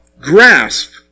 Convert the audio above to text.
Grasp